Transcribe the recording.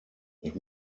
ich